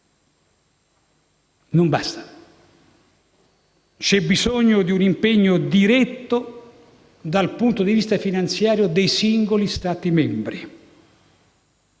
non bastano. C'è bisogno di un impegno diretto dal punto di vista finanziario dei singoli Stati membri.